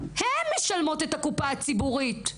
הן משלמות את הקופה הציבורית.